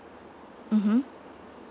mmhmm